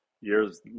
Years